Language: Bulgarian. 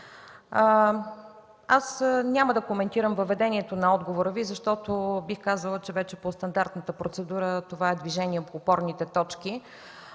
Аз няма да коментирам въведението на отговора Ви, защото бих казала, че вече по стандартната процедура това е движение по опорните точки,